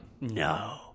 no